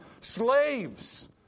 slaves